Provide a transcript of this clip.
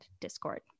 Discord